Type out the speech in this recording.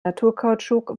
naturkautschuk